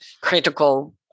critical